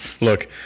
Look